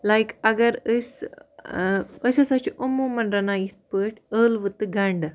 like اگر أسۍ ٲں أسۍ ہسا چھِ عموٗمًا رَنان یِتھ پٲٹھۍ ٲلوٕ تہٕ گَنٛڈٕ